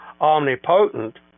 omnipotent